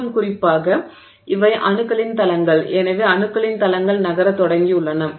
இன்னும் குறிப்பாக இவை அணுக்களின் தளங்கள் எனவே அணுக்களின் தளங்கள் நகரத் தொடங்கியுள்ளன